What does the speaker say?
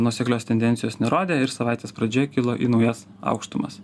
nuoseklios tendencijos nerodė ir savaitės pradžioje kilo į naujas aukštumas